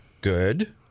Good